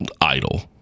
idle